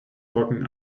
talking